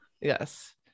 Yes